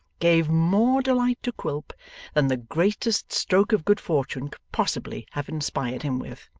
gave more delight to quilp than the greatest stroke of good fortune could possibly have inspired him with.